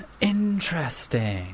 Interesting